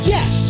Yes